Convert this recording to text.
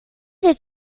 did